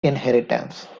inheritance